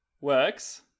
works